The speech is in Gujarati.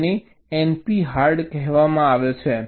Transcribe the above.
તેને np હાર્ડ કહેવામાં આવે છે